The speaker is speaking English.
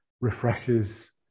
refreshes